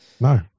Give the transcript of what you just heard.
No